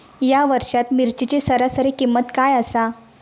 या वर्षात मिरचीची सरासरी किंमत काय आसा?